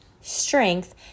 strength